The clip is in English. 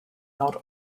not